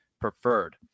preferred